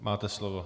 Máte slovo.